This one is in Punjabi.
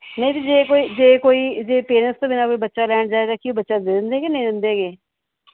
ਨਹੀਂ ਜੇ ਕੋਈ ਜੇ ਕੋਈ ਜੇ ਪੇਰੈਂਟਸ ਤੋਂ ਬਿਨਾਂ ਕੋਈ ਬੱਚਾ ਲੈਣ ਜਾਵੇ ਕੀ ਉਹ ਬੱਚਾ ਦੇ ਦਿੰਦੇ ਹੈ ਕਿ ਨਹੀਂ ਦਿੰਦੇ ਹੈਗੇ